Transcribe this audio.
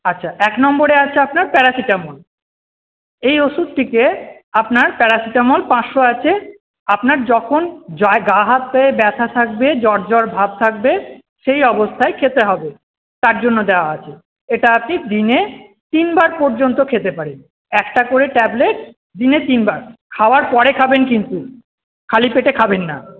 আচ্ছা এক নম্বরে আছে আপনার প্যারাসিটামল এই ওষুধটিকে আপনার প্যারাসিটামল পাঁচশো আছে আপনার যখন গা হাত পায়ে ব্যথা থাকবে জ্বর জ্বর ভাব থাকবে সেই অবস্থায় খেতে হবে তার জন্য দেওয়া আছে এটা আপনি দিনে তিনবার পর্যন্ত খেতে পারেন একটা করে ট্যাবলেট দিনে তিনবার খাওয়ার পরে খাবেন কিন্তু খালি পেটে খাবেন না